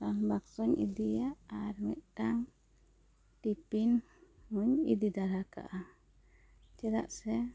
ᱨᱟᱱ ᱵᱟᱠᱥᱚ ᱤᱫᱤᱭᱟ ᱟᱨ ᱢᱤᱫᱴᱟᱝ ᱴᱤᱯᱷᱤᱱ ᱦᱚᱧ ᱤᱫᱤ ᱛᱟᱨᱟ ᱠᱟᱜᱼᱟ ᱪᱮᱫᱟᱜ ᱥᱮ